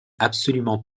absolument